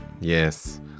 yes